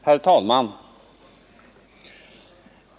Herr talman!